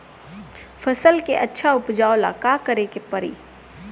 फसल के अच्छा उपजाव ला का करे के परी?